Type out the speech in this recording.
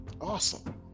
Awesome